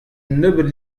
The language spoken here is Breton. nebeud